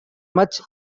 much